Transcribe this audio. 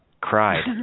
cried